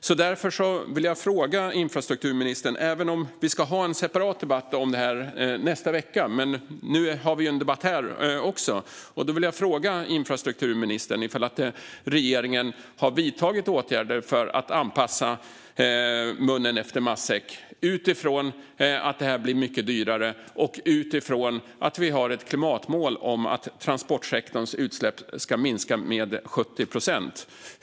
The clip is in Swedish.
Det här ska vi ha en separat debatt om i nästa vecka, men eftersom vi har en debatt här nu vill jag fråga infrastrukturministern: Har regeringen vidtagit åtgärder för att rätta mun efter matsäcken utifrån att det här blir mycket dyrare och utifrån att vi har ett klimatmål om att transportsektorns utsläpp ska minska med 70 procent?